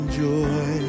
joy